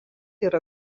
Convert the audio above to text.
yra